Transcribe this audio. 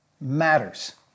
matters